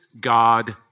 God